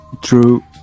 True